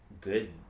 good